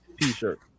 t-shirt